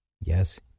Yes